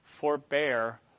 forbear